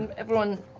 um everyone,